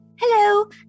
hello